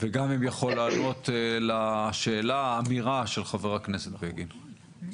וגם הוא יכול לענות לשאלה או האמירה של חה"כ בני בגין.